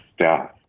staff